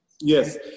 Yes